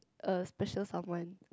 a special someone